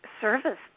service